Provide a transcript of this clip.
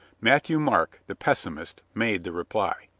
matthieu marc, the pessimist, made the reply.